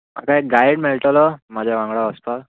म्हाका एक गायड मेळटलो म्हाज्या वांगडा वचपाक